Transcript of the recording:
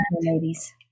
ladies